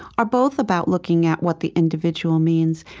are both about looking at what the individual means.